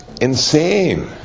Insane